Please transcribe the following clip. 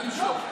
מה למשוך?